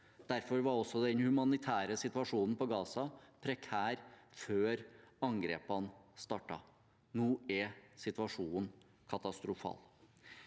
Derfor var den humanitære situasjonen i Gaza også prekær før angrepene startet. Nå er situasjonen katastrofal.